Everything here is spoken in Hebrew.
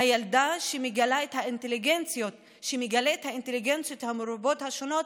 הילדה, שמגלה את האינטליגנציות המרובות והשונות